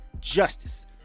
justice